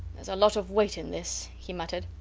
theres a lot of weight in this, he muttered.